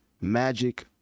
Magic